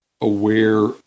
aware